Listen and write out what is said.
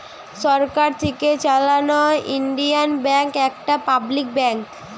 সরকার থিকে চালানো Indian bank একটা পাবলিক ব্যাঙ্ক